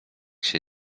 się